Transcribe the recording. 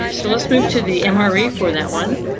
so let's move to the emory for that one,